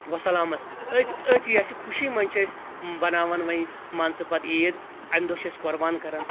وسلامَس أتھۍ أتھۍ یس یہِ خوشی منٛز چھِ أسۍ بناوان وۄنۍ مان ژٕ پتہٕ عید امہِ دۄہ چھِ أسۍ قۄربان کران